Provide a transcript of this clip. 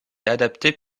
adaptés